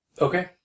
Okay